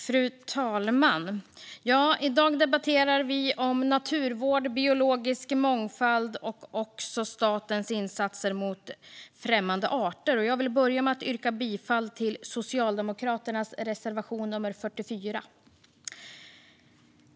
Fru talman! I dag debatterar vi naturvård och biologisk mångfald och även statens insatser mot främmande arter. Jag vill börja med att yrka bifall till Socialdemokraternas reservation 44.